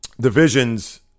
divisions